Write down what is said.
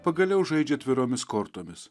pagaliau žaidžia atviromis kortomis